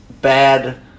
bad